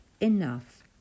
enough